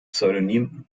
pseudonym